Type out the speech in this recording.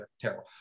terrible